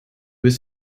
was